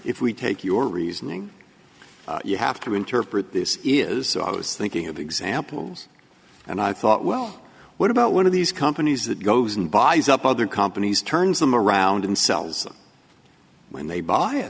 if we take your reasoning you have to interpret this is so i was thinking of examples and i thought well what about one of these companies that goes and buys up other companies turns them around and sells them when they buy a